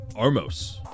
Armos